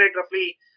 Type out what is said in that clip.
roughly